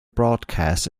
broadcast